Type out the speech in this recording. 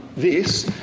this,